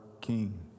King